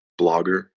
blogger